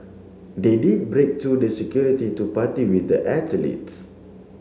did they break through the security to party with the athletes